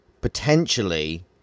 potentially